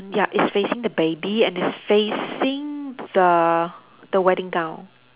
ya it's facing the baby and it's facing the the wedding gown